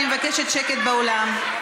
אני מבקשת שקט באולם.